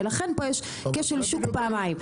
ולכן יש פה כשל שוק פעמיים.